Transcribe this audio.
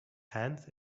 hands